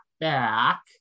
back